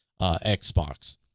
Xbox